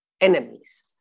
enemies